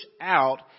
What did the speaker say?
out